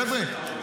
חבר'ה,